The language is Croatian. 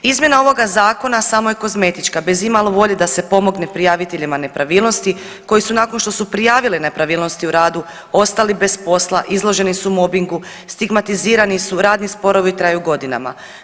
Izmjena ovoga zakona samo je kozmetička bez i malo volje da se pomogne prijaviteljima nepravilnosti koji su nakon što su prijavile nepravilnosti u radu ostali bez posla, izloženi su mobbingu, stigmatizirani su, radni sporovi traju godinama.